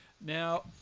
Now